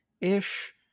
ish